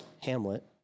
Hamlet